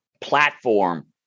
platform